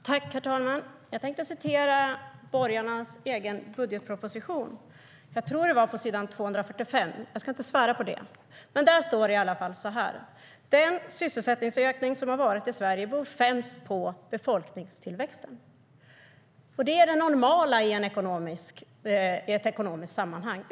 Herr talman! Jag tänkte återge borgarnas egen budgetproposition. Jag tror att det var på s. 245, men jag ska inte svära på det. Där står det att den sysselsättningsökning som har varit i Sverige beror främst på befolkningstillväxten. Det är det normala i ett ekonomiskt sammanhang.